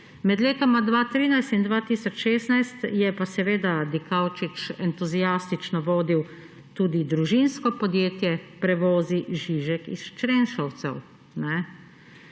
Med letoma 2013 in 2016 je pa seveda Dikaučič entuziastično vodil tudi družinsko podjetje Prevozi Žižek iz Črenšovcev.